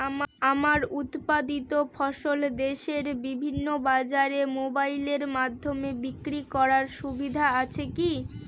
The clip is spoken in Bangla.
আমার উৎপাদিত ফসল দেশের বিভিন্ন বাজারে মোবাইলের মাধ্যমে বিক্রি করার সুবিধা আছে কি?